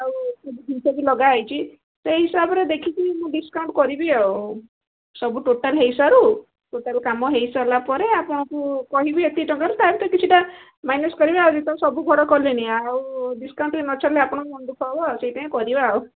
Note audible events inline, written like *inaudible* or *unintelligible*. ଆଉସବୁ *unintelligible* ଲଗାହୋଇଛି ସେଇ ହିସାବରେ ଦେଖିକି ମୁଁ ଡିସକାଉଣ୍ଟ କରିବି ଆଉ ସବୁ ଟୋଟାଲ ହୋଇସାରୁ ଟୋଟାଲ କାମ ହୋଇସାରିଲା ପରେ ଆପଣଙ୍କୁ କହିବି ଏତିକି ଟଙ୍କାରୁ ସେଥିରୁ କିଛିଟା ମାଇନସ କରିବା ଆଜି ତ ସବୁ ସବୁ ଘର କଲେଣି ଆଉ ଡିସକାଉଣ୍ଟ ନଦେଲେ ଆପଣଙ୍କ ମନ ଦୁଃଖ ହେବ ସେଇଥିପାଇଁ କରିବା ଆଉ